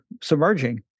submerging